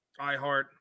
iHeart